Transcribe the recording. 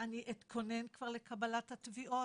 אני אתכונן כבר לקבלת התביעות.